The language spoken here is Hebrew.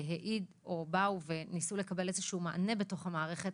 העידו או באו וניסו לקבל איזה שהוא מענה בתוך המערכת,